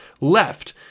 left